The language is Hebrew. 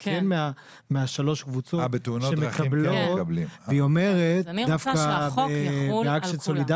היא כן משלוש הקבוצות שמקבלות --- אני רוצה שהחוק יחול על כולם.